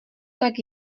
tak